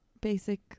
basic